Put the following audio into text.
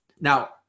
Now